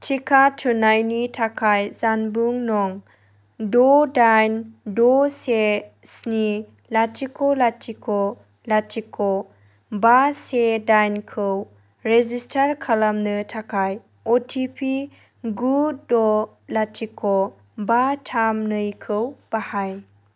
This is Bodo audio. थिखा थुनायनि थाखाय जानबुं नं द' दाइन द' से स्नि लाथिख' लाथिख' लाथिख' बा से दाइनखौ रेजिस्टार खालामनो थाखाय अटिपि गु द' लाथिख' बा थाम नैखौ बाहाय